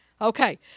Okay